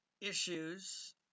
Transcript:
issues